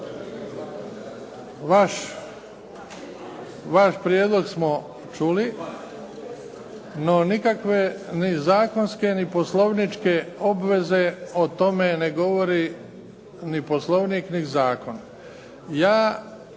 Vaš prijedlog smo čuli, no nikakve ni zakonske ni Poslovničke obveze o tome ne govori ni Poslovnik ni zakon. Ja